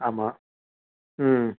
ஆமாம் ம்